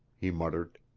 he muttered.